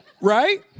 Right